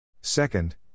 Second